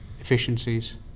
efficiencies